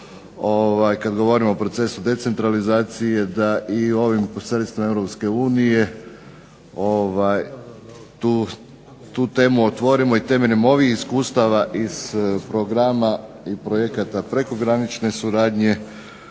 kad govorimo o procesu decentralizacije da i ovim posredstvima EU tu temu otvorimo. I temeljem ovih iskustava iz programa i projekata prekogranične suradnje